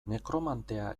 nekromantea